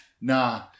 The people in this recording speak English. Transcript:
Nah